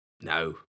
No